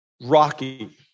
rocky